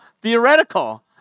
theoretical